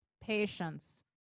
Patience